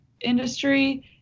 industry